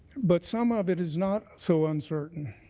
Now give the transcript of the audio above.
but some of it is not so uncertain.